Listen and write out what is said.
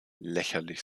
lächerlich